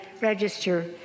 register